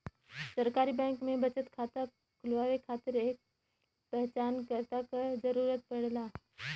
सरकारी बैंक में बचत खाता खुलवाये खातिर एक पहचानकर्ता क जरुरत पड़ला